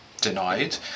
denied